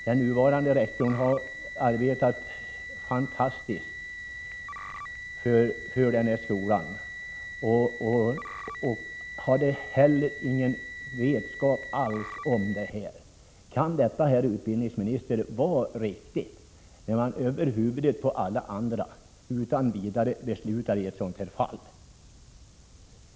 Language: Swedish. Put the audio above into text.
Den nuvarande rektorn, som har lagt ned ett utomordentligt gott arbete för den här skolan, hade heller ingen vetskap om beslutet. Kan det, herr utbildningsminister, vara riktigt att länsskolnämnden över huvudet på alla andra berörda instanser beslutar i ett sådant här fall?